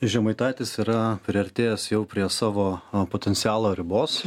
žemaitaitis yra priartėjęs jau prie savo potencialo ribos